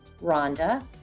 Rhonda